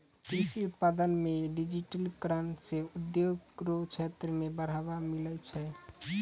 कृषि उत्पादन मे डिजिटिकरण से उद्योग रो क्षेत्र मे बढ़ावा मिलै छै